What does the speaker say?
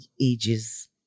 ages